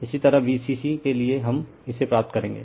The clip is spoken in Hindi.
इसी तरह bcc के लिए हम इसे प्राप्त करेंगे